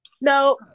No